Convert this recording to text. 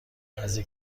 نزدیک